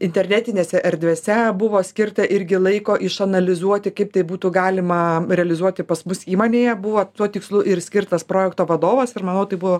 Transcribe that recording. internetinėse erdvėse buvo skirta irgi laiko išanalizuoti kaip tai būtų galima realizuoti pas mus įmonėje buvo tuo tikslu ir skirtas projekto vadovas ir manau tai buvo